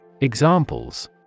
Examples